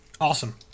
Awesome